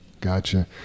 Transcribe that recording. Gotcha